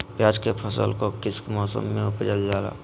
प्याज के फसल को किस मौसम में उपजल जाला?